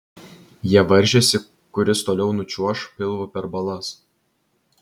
jie varžėsi kuris toliau nučiuoš pilvu per balas